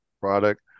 product